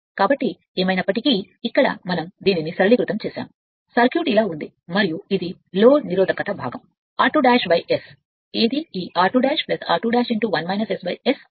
కాబట్టి ఏమైనప్పటికీ ఇక్కడ మేము దీనిని సరళీకృతం చేసాము సర్క్యూట్ ఇలా ఉంది మరియు ఇది లోడ్ నిరొధకత భాగం R2 S ఏదీ ఈ r2 r2 1 S S లా చేయబడలేదు